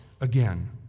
again